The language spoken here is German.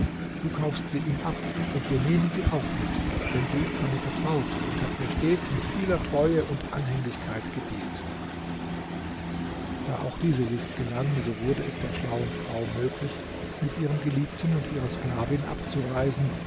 du kaufst sie ihm ab und wir nehmen sie auch mit denn sie ist meine vertraute und hat mir stets mit vieler treue und anhänglichkeit gedient da auch diese list gelang so wurde es der schlauen frau möglich mit ihrem geliebten und ihrer sklavin abzureisen